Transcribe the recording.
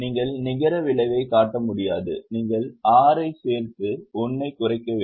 நீங்கள் நிகர விளைவைக் காட்ட முடியாது நீங்கள் 6 ஐச் சேர்த்து 1ஐ குறைக்க வேண்டும்